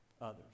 others